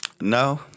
No